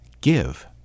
give